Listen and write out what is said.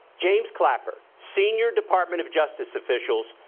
james clapper, senior department of justice officials,